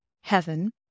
Heaven